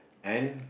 and